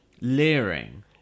leering